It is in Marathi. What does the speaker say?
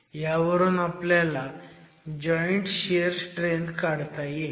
ह्यावरून आपल्याला जॉईंट शियर स्ट्रेंथ काढता येईल